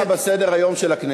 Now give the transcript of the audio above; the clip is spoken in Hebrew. הוא נמצא בסדר-היום של הכנסת,